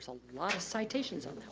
a lot of citations on